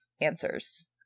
answers